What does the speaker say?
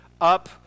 up